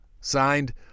Signed